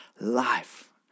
life